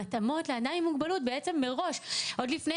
התאמות לאדם עם מוגבלות בעצם מראש עוד לפני